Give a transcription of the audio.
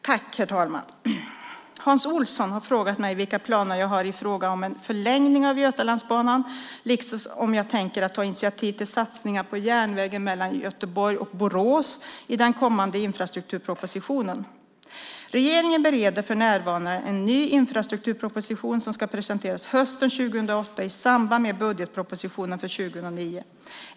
Herr talman! Hans Olsson har frågat mig vilka planer jag har i frågan om en förlängning av Götalandsbanan, liksom om jag tänker ta initiativ till satsningar på järnvägen mellan Göteborg och Borås i den kommande infrastrukturpropositionen. Regeringen bereder för närvarande en ny infrastrukturproposition som ska presenteras hösten 2008 i samband med budgetpropositionen för 2009.